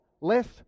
less